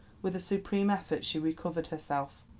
with a supreme effort she recovered herself.